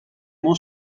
more